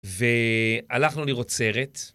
והלכנו לראות סרט.